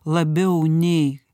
labiau nei